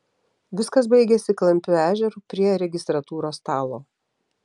viskas baigėsi klampiu ežeru prie registratūros stalo